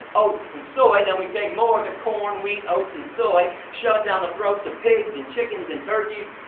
oats and soy. then we take more of the corn, wheat, oats and soy, shove it down the throats of pigs and chickens and turkeys.